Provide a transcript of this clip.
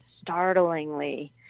startlingly